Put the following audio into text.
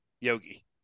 Yogi